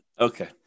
Okay